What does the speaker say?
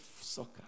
soccer